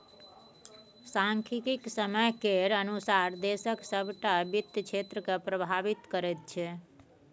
सांख्यिकी समय केर अनुसार देशक सभटा वित्त क्षेत्रकेँ प्रभावित करैत छै